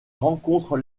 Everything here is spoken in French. rencontre